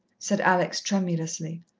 said alex tremulously.